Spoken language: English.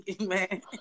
man